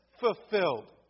fulfilled